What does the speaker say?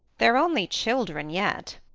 they're only children yet,